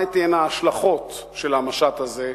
מה תהיינה ההשלכות של המשט הזה,